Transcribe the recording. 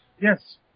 Yes